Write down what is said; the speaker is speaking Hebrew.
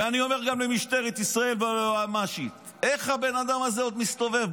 ואני אומר גם למשטרת ישראל והיועמ"שית: איך הבן אדם הזה עוד מסתובב?